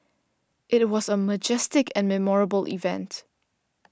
it was a majestic and memorable event